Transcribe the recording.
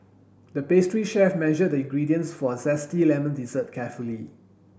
the pastry chef measured the ingredients for a zesty lemon dessert carefully